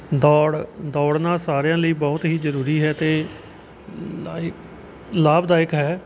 ਦੌੜ ਦੌੜਨਾ ਸਾਰਿਆਂ ਲਈ ਬਹੁਤ ਹੀ ਜ਼ਰੂਰੀ ਹੈ ਅਤੇ ਲਾਈ ਲਾਭਦਾਇਕ ਹੈ